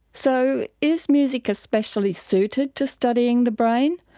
so is music especially suited to studying the brain?